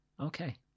Okay